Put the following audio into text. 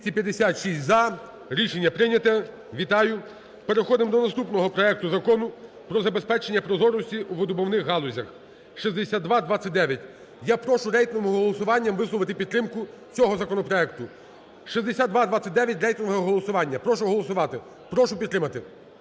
256 – за. Рішення прийняте. Вітаю. Переходимо до наступного проекту Закону про забезпечення прозорості у видобувних галузях (6229). Я прошу рейтинговим голосуванням висловити підтримку цього законопроекту, 6229, рейтингове голосування. Прошу голосувати, прошу підтримати.